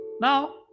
Now